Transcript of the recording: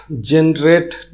generate